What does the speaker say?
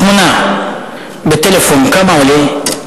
תמונה בטלפון, כמה עולה?